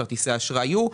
כרטיסי אשראי יהיו.